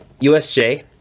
USJ